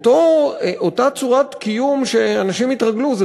אותה צורת קיום שאנשים התרגלו לה,